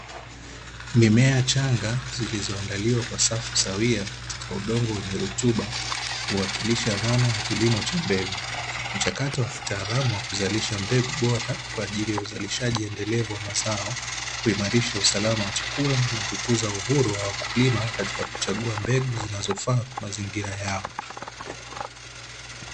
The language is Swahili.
Mimea changa, zilizoandaliwa kwa safu sawia katika udongo wenye rutuba, huwakilisha dhana ya kilimo cha mbegu. Mchakato wa kitaalamu wa kuzalisha mbegu bora, kwa ajili ya uzalishaji endelevu wa mazao, kuimarisha usalama wa chakula na kukuza uhuru wa wakulima, katika kuchagua mbegu zinazofaa kwa mazingira yao.